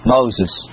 Moses